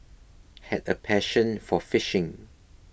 had a passion for fishing